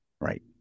Right